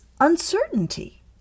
uncertainty